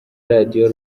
radiyo